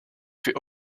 fait